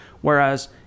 whereas